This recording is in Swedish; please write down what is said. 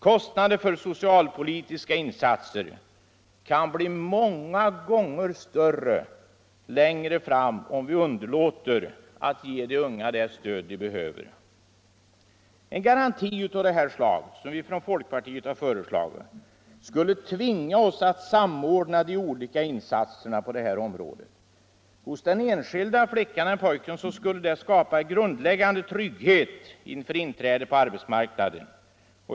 Kostnaderna för socialpolitiska insatser kan bli många gånger större längre fram om vi underlåter att ge de unga det stöd de behöver. En garanti av det slag som vi från folkpartiet föreslagit skulle vidare tvinga oss att samordna de olika insatserna på det här området. Hos den enskilda flickan eller pojken skulle det skapa en grundläggande trygghet inför inträdet på arbetsmarknaden.